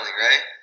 right